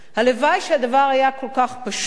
הלוואי שהדבר היה כל כך פשוט